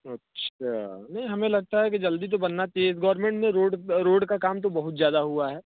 अच्छा नहीं हमें लगता है कि जल्दी तो बनना चाहिए गवर्नमेंट ने रोड रोड का काम तो बहुत ज़्यादा हुआ है